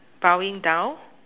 bowing down